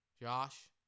Josh